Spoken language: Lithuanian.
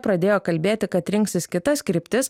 pradėjo kalbėti kad rinksis kitas kryptis